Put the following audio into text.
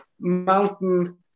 mountain